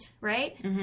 right